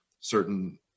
certain